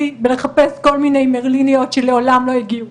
בלחפש כל מיני מרליניות שלעולם לא הגיעו.